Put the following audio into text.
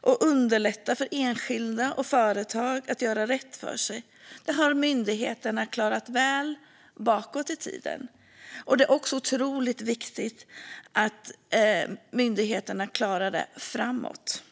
och underlätta för enskilda och företag att göra rätt för sig har myndigheterna klarat väl bakåt i tiden. Det är också otroligt viktigt att myndigheterna klarar det framåt.